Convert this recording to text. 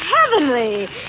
heavenly